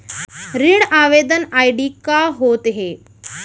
ऋण आवेदन आई.डी का होत हे?